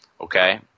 Okay